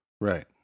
Right